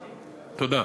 תודה,